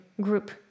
group